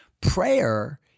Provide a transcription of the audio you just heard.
Prayer